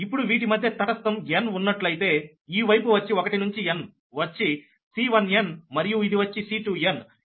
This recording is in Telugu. ఇప్పుడు వీటి మధ్య తటస్థం n ఉన్నట్లయితే ఈ వైపు వచ్చి 1 నుంచి n వచ్చి C1n మరియు ఇది వచ్చి C2n